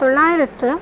தொள்ளாயிரத்து